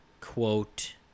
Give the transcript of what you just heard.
quote